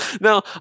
Now